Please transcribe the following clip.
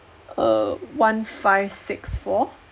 err one five six four